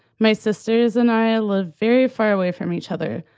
my sisters and i ah live very far away from each other,